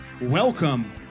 welcome